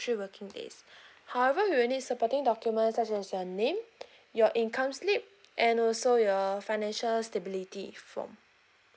working days however we'll need supporting documents such as your name your income slip and also your financial stability from